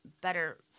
better